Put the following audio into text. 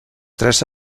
tres